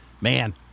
Man